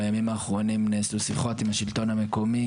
בימים האחרונים נעשו שיחות עם השלטון המקומי